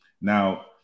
Now